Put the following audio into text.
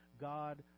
god